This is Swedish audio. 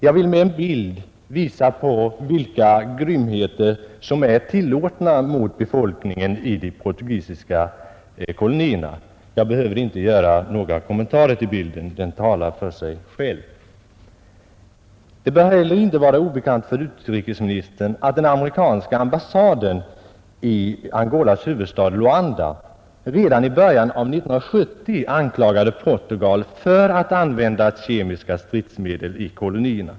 Jag vill på TV-skärmen visa på vilka grymheter som är tillåtna mot befolkningen i de portugisiska kolonierna. Bilden behöver inte kommenteras. Den talar för sig själv. Det bör inte heller vara obekant för utrikesministern att den amerikanska ambassadören i Angolas huvudstad Luanda redan i början av 1970 anklagade Portugal för att använda kemiska stridsmedel i kolonierna.